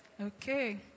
okay